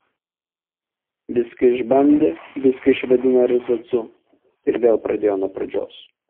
viską išbandė viską išvadino erzacu ir vėl pradėjo nuo pradžios